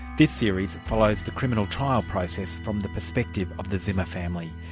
this series follows the criminal trial process from the perspective of the zimmer family,